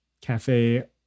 cafe